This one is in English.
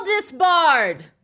disbarred